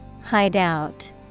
Hideout